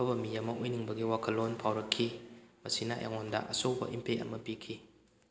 ꯑꯐꯕ ꯃꯤ ꯑꯃ ꯑꯣꯏꯅꯤꯡꯕꯒꯤ ꯋꯥꯈꯜꯂꯣꯟ ꯐꯥꯎꯔꯛꯈꯤ ꯃꯁꯤꯅ ꯑꯩꯉꯣꯟꯗ ꯑꯆꯧꯕ ꯏꯝꯄꯦꯛ ꯑꯃ ꯄꯤꯈꯤ